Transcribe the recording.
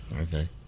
Okay